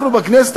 אנחנו בכנסת,